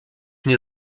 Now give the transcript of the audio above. nie